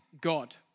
God